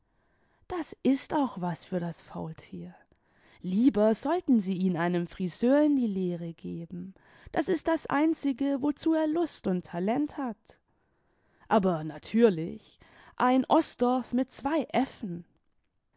das ist auch was für das faul tier lieber sollten sie ihn einem friseur in die lehre geben das ist das einzige wozu er lust und talent hat aber natürlich ein osdorff mit zwei